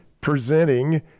presenting